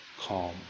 calm